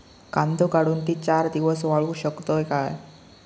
कांदो काढुन ती चार दिवस वाळऊ शकतव काय?